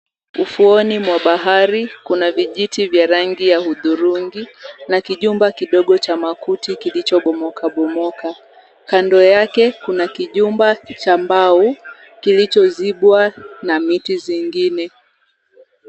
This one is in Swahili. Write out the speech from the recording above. Ufuoni mwa bahari kuna vijiti vya rangi ya hudhurungi na kijumba kidogo cha makuti kilichobomoka bomoka. Kando yake kuna kijumba cha mbao kilichozibwa na miti zingine.